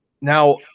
Now